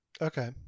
Okay